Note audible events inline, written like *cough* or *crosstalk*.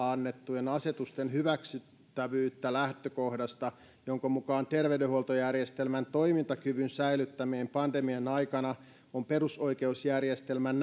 *unintelligible* annettujen asetusten hyväksyttävyyttä lähtökohdasta jonka mukaan terveydenhuoltojärjestelmän toimintakyvyn säilyttäminen pandemian aikana on perusoikeusjärjestelmän *unintelligible*